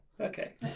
Okay